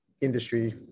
industry